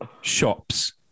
shops